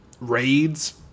raids